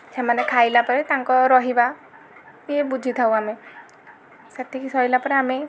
ସେମାନେ ଖାଇଲା ପରେ ତାଙ୍କ ରହିବା ବି ବୁଝିଥାଉ ଆମେ ସେତିକି ସରିଲା ପରେ ଆମେ